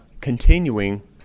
continuing